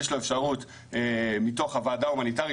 יש לו אפשרות מתוך הוועדה ההומניטארית,